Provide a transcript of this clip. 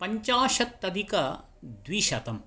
पञ्चाशत् अधिकद्विशतम्